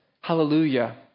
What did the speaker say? Hallelujah